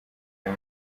iyo